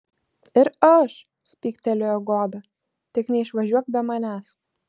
ir aš spygtelėjo goda tik neišvažiuok be manęs